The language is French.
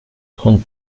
trente